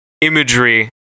imagery